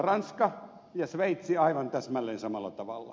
ranska ja sveitsi aivan täsmälleen samalla tavalla